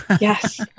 Yes